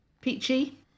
Peachy